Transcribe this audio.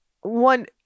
One